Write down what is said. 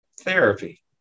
therapy